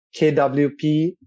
KWP